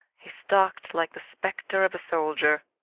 he stalked like the specter of a soldier,